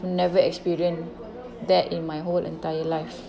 never experienced that in my whole entire life